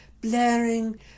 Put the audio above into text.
blaring